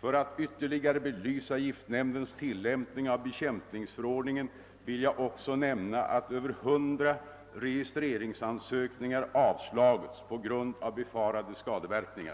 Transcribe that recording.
För att ytterligare belysa giftnämndens tillämpning av bekämpningsmedelsförordningen vill jag också nämna att över 100 registreringsansökningar avslagits på grund av befarade skadeverkningar.